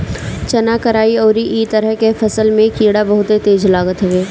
चना, कराई अउरी इ तरह के फसल में कीड़ा बहुते तेज लागत हवे